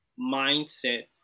mindset